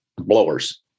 blowers